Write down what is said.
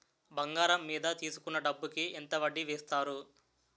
బంగారం మీద తీసుకున్న డబ్బు కి ఎంత వడ్డీ వేస్తారు?